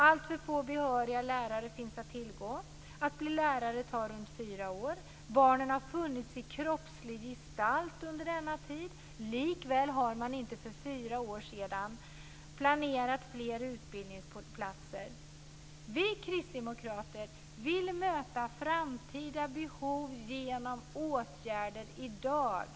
Alltför få behöriga lärare finns att tillgå. Att bli lärare tar runt fyra år. Barnen har funnits i kroppslig gestalt under denna tid. Likväl har man inte för fyra år sedan planerat fler utbildningsplatser. Vi kristdemokrater vill möta framtida behov genom åtgärder i dag.